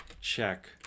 check